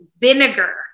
vinegar